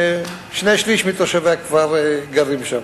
שני-שלישים מתושבי הכפר גרים שם.